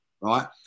Right